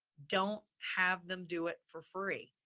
don't have them do it for free.